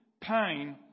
pain